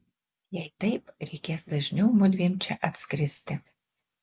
jei taip reikės dažniau mudviem čia atskristi